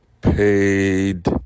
paid